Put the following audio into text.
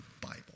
Bible